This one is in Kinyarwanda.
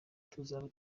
tuzaba